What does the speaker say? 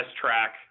track